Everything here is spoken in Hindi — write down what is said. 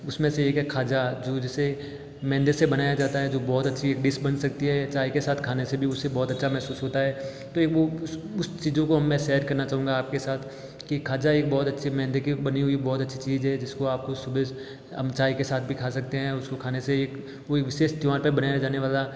उसमें से एक है खाजा जो जिसे मैदे से बनाया जाता है जो बहुत अच्छी डिश बन सकती है चाय के साथ खाने से भी उसे बहुत अच्छा महसूस होता है तो एक वो उस चीज़ों को मैं शेयर करना चाहूंगा आपके साथ कि खाजा एक बहुत अच्छी मैदे की बनी हुई बहुत अच्छी चीज़ है जिसको आप सुबह हम चाय के साथ भी खा सकते हैं उसको खाने से एक कोई विशेष त्यौहार पर बनाया जाने वाला